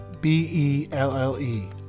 B-E-L-L-E